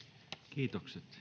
kiitokset